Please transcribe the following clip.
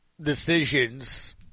decisions